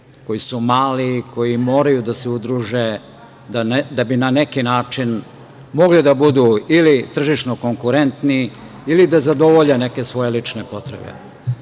koji su mali i koji moraju da se udruže, da bi na neki način mogli da budu ili tržišno konkurentni ili da zadovolje neke svoje lične potrebe. Do